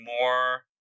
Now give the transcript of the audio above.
more